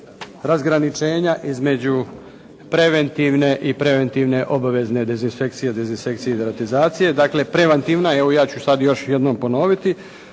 razgraničenja između preventivne i preventivne obvezne dezinfekcije, dezinsekcije i deratizacije. Dakle preventivna, evo ja ću sad još jednom ponoviti